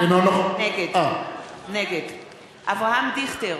נגד אברהם דיכטר,